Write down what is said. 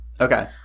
Okay